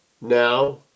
Now